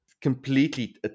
completely